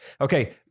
Okay